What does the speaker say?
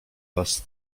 was